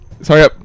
Sorry